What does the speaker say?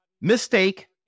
Mistake